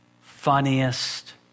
funniest